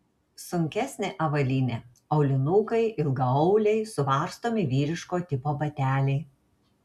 sunkesnė avalynė aulinukai ilgaauliai suvarstomi vyriško tipo bateliai